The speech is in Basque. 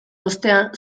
ostean